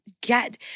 get